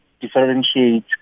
differentiate